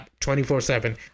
24-7